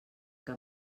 que